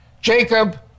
Jacob